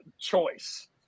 choice